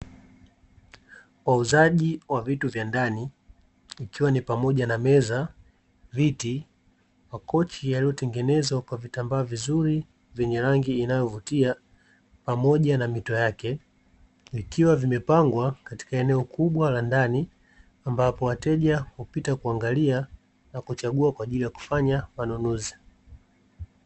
Wauzaji wa vitu vya ndani ikiwa ni pamoja na meza, viti, makochi yaliyotengenezwa kwa vitambaa vizuri, vyenye rangi inayovutia pamoja na mito yake. Vikiwa vimepangwa katika eneo kubwa la ndani, ambapo wateja hupita kuangalia na kuchagua kwa ajili ya kufanya manunuzi.